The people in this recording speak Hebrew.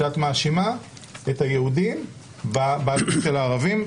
אני מבין שאת מאשימה את היהודים באלימות הערבים.